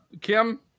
Kim